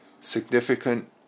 Significant